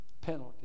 penalty